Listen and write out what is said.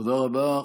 תודה רבה.